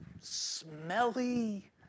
smelly